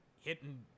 hitting